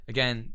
Again